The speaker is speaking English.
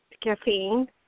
caffeine